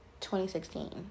2016